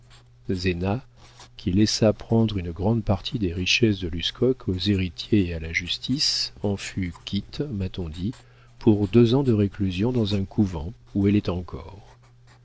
qui laissa prendre une grande partie des richesses de l'uscoque aux héritiers et à la justice en fut quitte m'a-t-on dit pour deux ans de réclusion dans un couvent où elle est encore